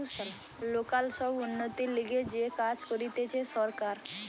local সব উন্নতির লিগে যে কাজ করতিছে সরকার